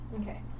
Okay